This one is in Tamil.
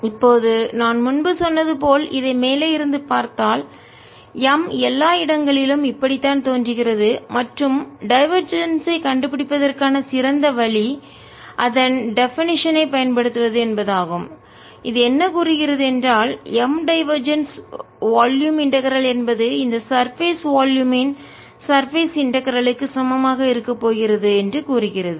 M இப்போது நான் முன்பு சொன்னது போல் இதை மேலே இருந்து பார்த்தால் M எல்லா இடங்களிலும் இப்படித்தான் தோன்றுகிறது மற்றும் டைவர்ஜென்ஸ் ஐ கண்டுபிடிப்பதற்கான சிறந்த வழி அதன் டெபனிஷன் வரையறை ஐ பயன்படுத்துவது என்பது ஆகும் இது என்ன கூறுகிறது என்றால் M டைவர்ஜென்ஸ் வால்யும் இன்டகரல் ஒருங்கிணைந்த என்பது இந்த சர்பேஸ் வால்யும் இன் சர்பேஸ் இன்டகரல் க்கு சமம் ஆக இருக்கப் போகிறது என்று கூறுகிறது